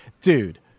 Dude